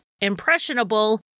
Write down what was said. impressionable